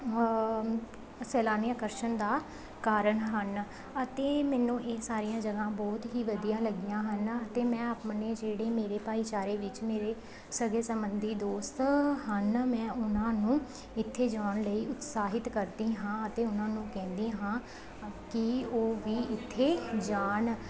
ਸੈਲਾਨੀ ਆਕਰਸ਼ਣ ਦਾ ਕਾਰਨ ਹਨ ਅਤੇ ਮੈਨੂੰ ਇਹ ਸਾਰੀਆਂ ਜਗ੍ਹਾ ਬਹੁਤ ਹੀ ਵਧੀਆ ਲੱਗੀਆਂ ਹਨ ਅਤੇ ਮੈਂ ਆਪਣੇ ਜਿਹੜੇ ਮੇਰੇ ਭਾਈਚਾਰੇ ਵਿੱਚ ਮੇਰੇ ਸਗੇ ਸੰਬੰਧੀ ਦੋਸਤ ਹਨ ਮੈਂ ਉਹਨਾਂ ਨੂੰ ਇੱਥੇ ਜਾਣ ਲਈ ਉਤਸਾਹਿਤ ਕਰਦੀ ਹਾਂ ਅਤੇ ਉਹਨਾਂ ਨੂੰ ਕਹਿੰਦੀ ਹਾਂ ਕਿ ਉਹ ਵੀ ਇੱਥੇ ਜਾਣ